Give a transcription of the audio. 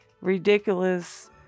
ridiculous